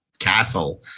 castle